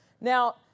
Now